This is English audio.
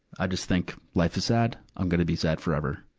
i just think, life is sad. i'm gonna be sad forever.